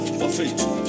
perfect